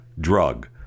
drug